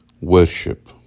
Worship